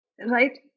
Right